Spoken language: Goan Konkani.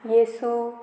येसू